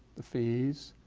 the fees,